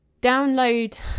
download